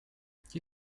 qui